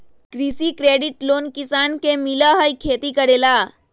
कृषि credit loan किसान के मिलहई खेती करेला?